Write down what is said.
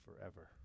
forever